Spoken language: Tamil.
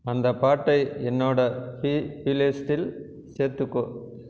அந்தப் பாட்டை என்னோட பிளேஸ்ட்டில் சேர்த்துக்கோ